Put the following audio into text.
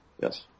Yes